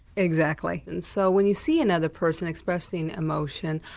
exactly. and so when you see another person expressing emotion,